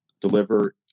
deliver